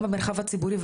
גם במרחב הציבורי,